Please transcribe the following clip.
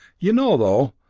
you know, though,